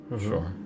Sure